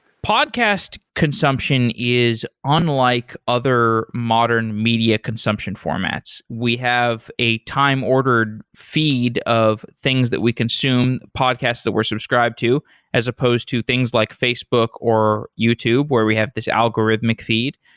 podcast consumption is unlike other modern media consumption formats. we have a time ordered feed of things that we consume, podcasts that we're subscribed to as supposed to things like facebook or youtube where we have this algorithmic feed.